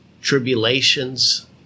tribulations